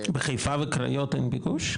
בחיפה וקריות אין ביקוש?